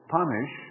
punish